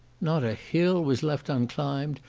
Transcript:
not a hill was left unclimbed,